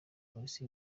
polisi